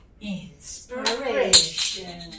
inspiration